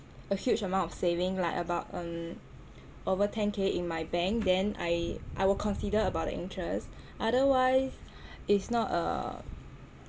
a huge amount of saving like about um over ten K in my bank then I I will consider about the interest otherwise it's not um